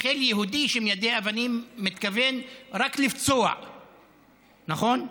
מתנחל יהודי שמיידה אבנים מתכוון רק לפצוע, נכון?